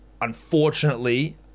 Unfortunately